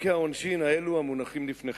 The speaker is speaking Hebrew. בחוקי העונשין האלה, המונחים לפניכם.